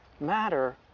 Matter